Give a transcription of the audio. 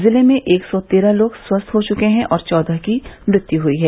जिले में एक सौ तेरह लोग स्वस्थ हो चुके हैं और चौदह की मृत्यु हुई है